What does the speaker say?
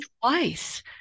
twice